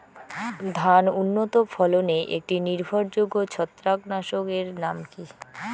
ধান উন্নত ফলনে একটি নির্ভরযোগ্য ছত্রাকনাশক এর নাম কি?